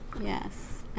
Yes